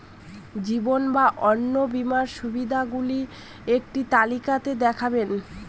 জীবন বা অন্ন বীমার সুবিধে গুলো একটি তালিকা তে দেখাবেন?